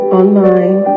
online